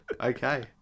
Okay